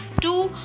two